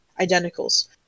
identicals